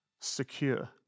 secure